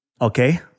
Okay